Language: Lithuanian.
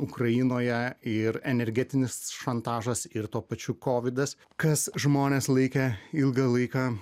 ukrainoje ir energetinis šantažas ir tuo pačiu kovidas kas žmones laikė ilgą laiką